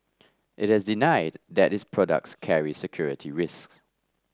it has denied that its products carry security risks